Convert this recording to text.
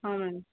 ହଁ ମ୍ୟାମ୍